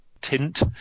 tint